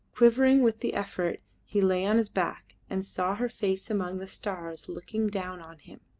quivering with the effort, he lay on his back, and saw her face among the stars looking down on him.